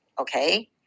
okay